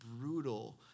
brutal